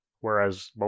Whereas